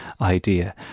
idea